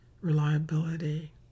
reliability